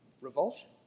revulsion